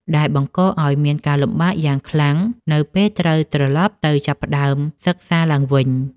ដែលបង្កឱ្យមានការលំបាកយ៉ាងខ្លាំងនៅពេលត្រូវត្រឡប់ទៅចាប់ផ្តើមសិក្សាឡើងវិញ។